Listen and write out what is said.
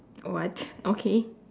what okay